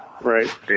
right